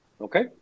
Okay